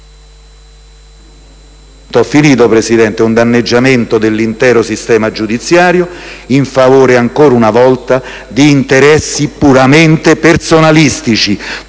Si tratterebbe di un danneggiamento dell'intero sistema giudiziario in favore, ancora una volta, di interessi puramente personalistici,